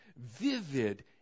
vivid